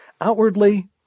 Outwardly